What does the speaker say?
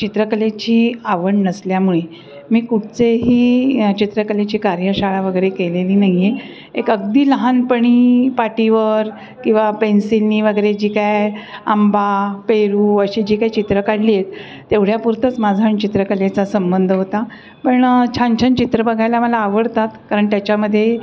चित्रकलेची आवड नसल्यामुळे मी कुठचेही चित्रकलेची कार्यशाळा वगैरे केलेली नाही आहे एक अगदी लहानपणी पाटीवर किंवा पेन्सिलने वगैरे जी काय आंबा पेरू अशी जी काय चित्र काढली आहेत तेवढ्यापुरतंच माझा आण चित्रकलेचा संबंध होता पण छान छान चित्र बघायला मला आवडतात कारण त्याच्यामध्ये